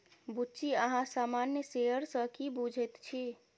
बुच्ची अहाँ सामान्य शेयर सँ की बुझैत छी?